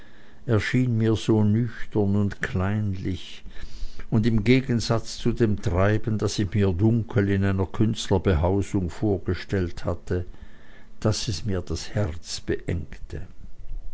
erschien mir so nüchtern und kleinlich und im gegensatze zu dem treiben das ich mir dunkel in einer künstlerbehausung vorgestellt hatte daß es mir das herz beengte